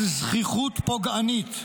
על זחיחות פוגענית.